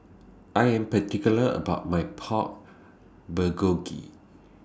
I Am particular about My Pork Bulgogi